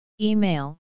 Email